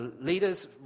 leaders